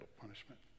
punishment